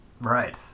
Right